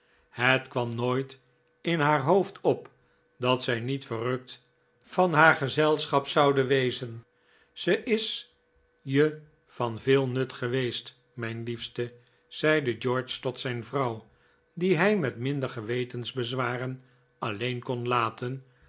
het kwam nooit in haar hoofd op dat zij niet verrukt van haar gezelschap zouden wezen ze is je van veel nut geweest mijn liefste zeide george tot zijn vrouw die hij met minder gewetensbezwaren alleen kon laten